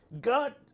God